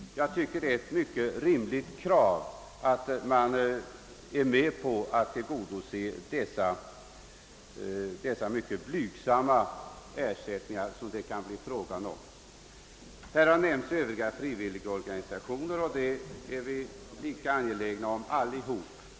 Jag tycker det är ett rimligt krav att riksdagen skall se till att de blygsamma ersättningar som det kan bli fråga om också skall utgå. Här har talats om andra frivilliga organisationer, och vi är alla lika angelägna om att stödja dessa.